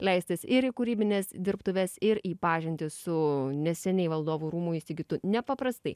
leistis ir į kūrybines dirbtuves ir į pažintį su neseniai valdovų rūmų įsigytu nepaprastai